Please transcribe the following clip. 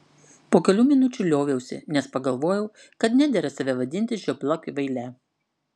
po kelių minučių lioviausi nes pagalvojau kad nedera save vadinti žiopla kvaile